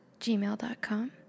gmail.com